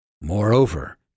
Moreover